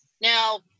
now